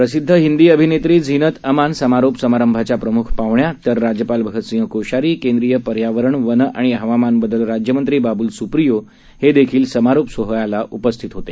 प्रसिद्ध हिंदी अभिनेत्रीझीनतअमानसमारोपसमारंभाच्याप्रमुखपाहुण्या तर राज्यपाल भगतसिंग कोश्यारीकेंद्रीयपर्यावरण वनआणिहवामानबदलराज्यमंत्रीबाबूलसुप्रियोहेदेखीलसमारोपसोहळ्यालाउपस्थितहोते